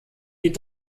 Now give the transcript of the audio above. die